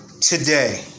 today